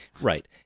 Right